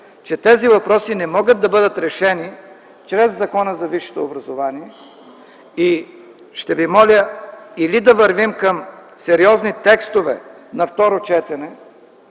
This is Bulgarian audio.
че тези въпроси не могат да бъдат решени чрез Закона за висшето образование. И ще ви моля или да вървим към сериозни текстове на второ четене,